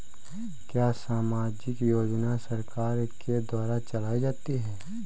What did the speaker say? क्या सामाजिक योजना सरकार के द्वारा चलाई जाती है?